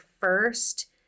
first